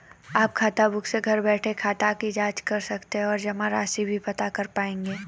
आप खाताबुक से घर बैठे खाते की जांच कर सकते हैं और जमा राशि भी पता कर पाएंगे